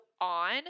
on